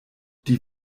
die